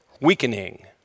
weakening